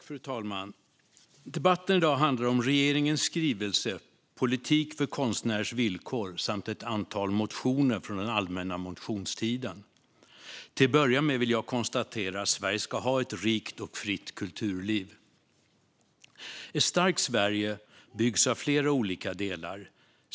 Fru talman! Debatten i dag handlar om regeringens skrivelse Politik för konstnärers villkor samt ett antal motioner från den allmänna motionstiden. Till att börja med vill jag konstatera att Sverige ska ha ett rikt och fritt kulturliv. Ett starkt Sverige byggs av flera olika delar.